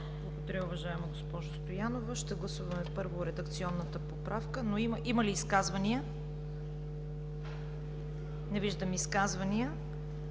Благодаря, уважаема госпожо Стоянова. Ще гласуваме първо редакционната поправка. Има ли изказвания? Не виждам изказвания.